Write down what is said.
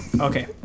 okay